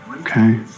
Okay